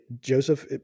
Joseph